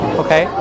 okay